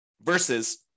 Versus